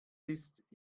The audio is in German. ist